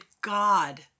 God